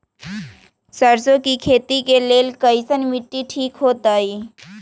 सरसों के खेती के लेल कईसन मिट्टी ठीक हो ताई?